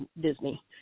Disney